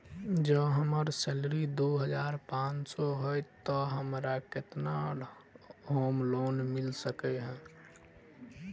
जँ हम्मर सैलरी दु हजार पांच सै हएत तऽ हमरा केतना होम लोन मिल सकै है?